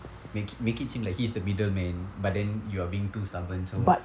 make it make it seem like he's the middleman but then you are being too stubborn so